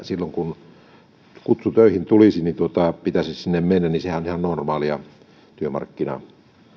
silloin kun kutsu töihin tulisi sinne pitäisi mennä sehän on ihan normaalia työmarkkinan